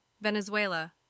Venezuela